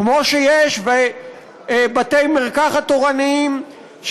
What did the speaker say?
כמו שיש בתי-מרקחת תורניים,